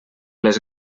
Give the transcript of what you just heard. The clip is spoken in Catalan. les